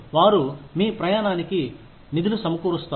వారు మీ ప్రయాణానికి నిధులు సమకూరుస్తారు